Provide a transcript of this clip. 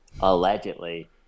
allegedly